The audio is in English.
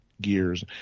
gears